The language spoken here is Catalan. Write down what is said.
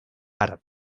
àrab